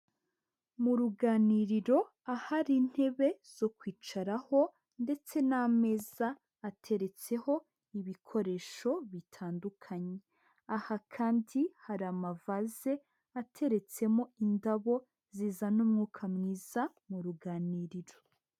Mu ruganiriro, ahari intebe zo kwicaraho ndetse n'ameza ateretseho ibikoresho bitandukanye. Aha kandi, hari amavaze ateretsemo indabo zizana umwuka mwiza mu ruganiriro.